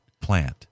plant